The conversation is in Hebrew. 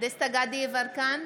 דסטה גדי יברקן,